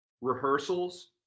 rehearsals